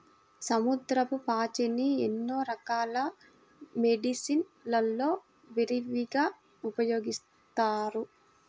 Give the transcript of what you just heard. సముద్రపు పాచిని ఎన్నో రకాల మెడిసిన్ లలో విరివిగా ఉపయోగిస్తారు